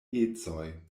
ecoj